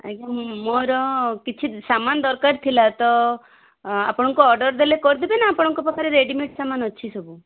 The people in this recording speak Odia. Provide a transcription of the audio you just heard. ଆଜ୍ଞା ମୋର କିଛି ସାମାନ ଦରକାର ଥିଲା ତ ଆପଣଙ୍କୁ ଅର୍ଡ଼ର୍ ଦେଲେ କରିଦେବେ ନା ଆପଣଙ୍କ ପାଖରେ ରେଡ଼ିମେଡ଼ ଅଛି ସବୁ